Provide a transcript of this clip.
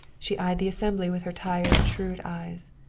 she eyed the assembly with her tired shrewd eyes.